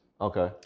okay